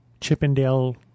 Chippendale